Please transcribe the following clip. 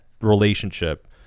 relationship